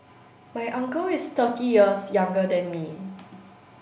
my uncle is thirty years younger than me